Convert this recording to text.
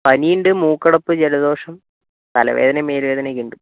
പനിയുണ്ട് മൂക്കടപ്പ് ജലദോഷം തലവേദനയും മേലുവേദനയുമൊക്കെ ഉണ്ട്